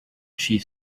chief